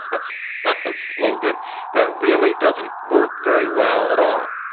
that's a slogan that really doesn't work very well at all.